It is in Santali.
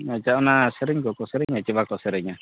ᱟᱪᱪᱷᱟ ᱚᱱᱟ ᱥᱮᱨᱮᱧ ᱠᱚᱠᱚ ᱥᱮᱨᱮᱧᱟ ᱥᱮ ᱵᱟᱠᱚ ᱥᱮᱨᱮᱧᱟ